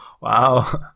wow